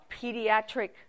pediatric